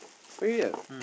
failure